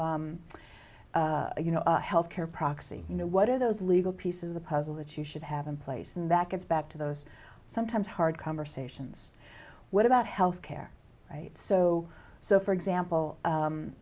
you know health care proxy you know what are those legal pieces of the puzzle that you should have in place and that gets back to those sometimes hard conversations what about health care right so so for example